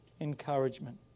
encouragement